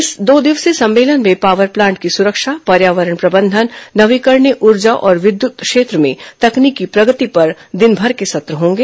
इस दो दिवसीय सम्मेलन में पावर प्लांट की सुरक्षा पर्यावरण प्रबंधन नवीकरणीय ऊर्जा और विद्युत क्षेत्र में तकनीकी प्रगति पर दिनभर के सत्र होंगे